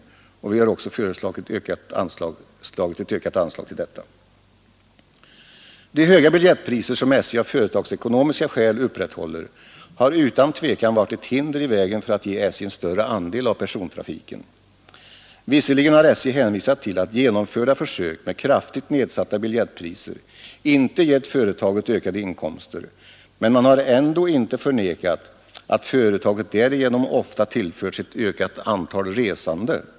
Vi har även föreslagit ett ökat anslag för detta ändamål. De höga biljettpriser som SJ av företagsekonomiska skäl upprätthåller har utan tvivel varit ett hinder i vägen för att ge SJ en större andel av persontrafiken. Visserligen har SJ hänvisat till att genomförda försök med kraftigt nedsatta biljettpriser inte gett företaget ökade inkomster, men man har ändå inte förnekat att företaget därigenom ofta tillförts ett ökat antal resande.